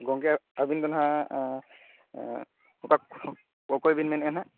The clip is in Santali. ᱜᱚᱢᱠᱮ ᱟᱵᱤᱱ ᱫᱚᱦᱟᱸᱜ ᱚᱠᱟ ᱚᱠᱚᱭ ᱵᱮᱱ ᱢᱮᱱᱮᱫᱼᱟ ᱦᱟᱸᱜ